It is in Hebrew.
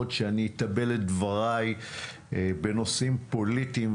שאני אתבל את דבריי בנושאים פוליטיים,